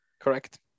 Correct